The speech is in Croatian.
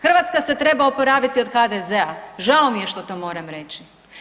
Hrvatska se treba oporaviti od HDZ-a, žao mi je što to moram reći.